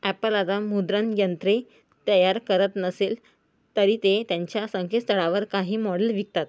Apple आता मुद्रणयंत्रे तयार करत नसेल तरी ते त्यांच्या संकेतस्थळावर काही मॉडेल विकतात